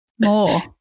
more